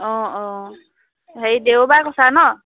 অঁ অঁ হেৰি দেওবাৰে কৈছা ন